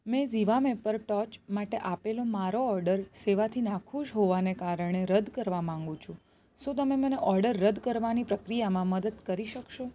મેં ઝિવામે પર ટોર્ચ માટે આપેલો મારો ઓર્ડર સેવાથી નાખુશ હોવાને કારણે રદ કરવા માગું છું શું તમે મને ઓર્ડર રદ કરવાની પ્રક્રિયામાં મદદ કરી શકશો